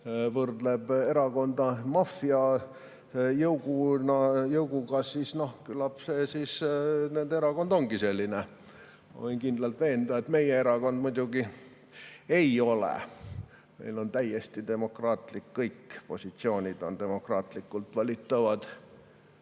võrdleb erakonda maffiajõuguga, siis küllap nende erakond ongi selline. Ma võin kindlalt veenda, et meie erakond muidugi ei ole. Meil on täiesti demokraatlik [erakond], kõik positsioonid on demokraatlikult valitavad.